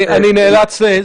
אני נאלץ להתקדם.